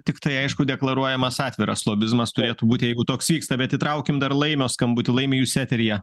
tiktai aišku deklaruojamas atviras lobizmas turėtų būt jeigu toks vyksta bet įtraukim dar laimio skambutį laimi jūs eteryje